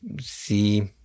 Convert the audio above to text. see